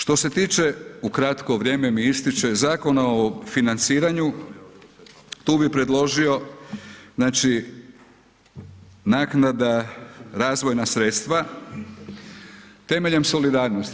Što se tiče, u kratko vrijeme mi ističe, Zakona o financiranju, tu bih predložio, znači naknada, razvojna sredstva temeljem solidarnosti.